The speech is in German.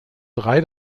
drei